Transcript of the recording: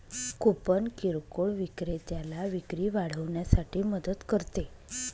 coupon किरकोळ विक्रेत्याला विक्री वाढवण्यासाठी मदत करते